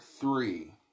three